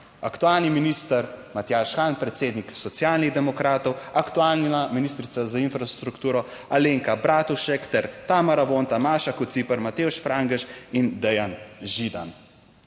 aktualni minister Matjaž Han, predsednik Socialnih demokratov, aktualna ministrica za infrastrukturo Alenka Bratušek ter Tamara Vonta, Maša Kociper, Matevž Frangež in Dejan Židan.